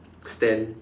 stand